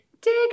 dig